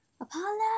Apollo